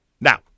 Now